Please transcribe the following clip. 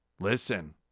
listen